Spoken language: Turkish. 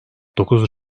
dokuz